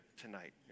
tonight